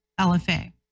LFA